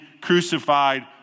crucified